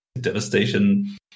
Devastation